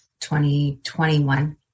2021